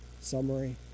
summary